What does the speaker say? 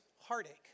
heartache